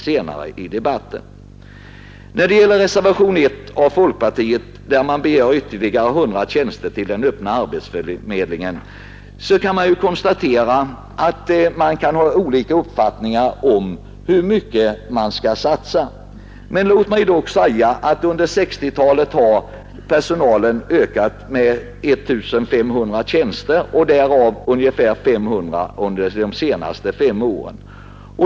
I reservationen 1 begär folkpartiets representanter i utskottet ytterligare 100 tjänster till arbetsförmedlingen. Man kan naturligtvis ha olika uppfattningar om hur mycket vi bör satsa. Men låt mig säga att antalet tjänster under 1960-talet ökat med 1 500, varav ungefär 500 under de senaste fem åren.